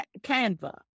canva